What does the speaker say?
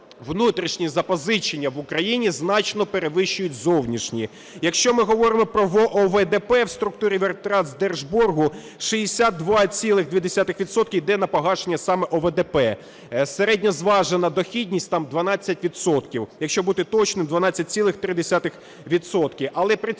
внутрішні запозичення в Україні значно перевищують зовнішні. Якщо ми говоримо про ОВДП в структурі витрат з держборгу, 62,2 відсотка йде на погашення саме ОВДП. Середньозважена дохідність там 12 відсотків. Якщо бути точним, 12,3